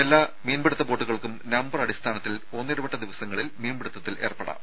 എല്ലാ ബോട്ടുകൾക്കും നമ്പർ അടിസ്ഥാനത്തിൽ ഒന്നിടവിട്ട ദിവസങ്ങളിൽ മീൻപിടുത്തത്തിൽ ഏർപ്പെടാം